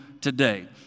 today